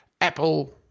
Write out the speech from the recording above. Apple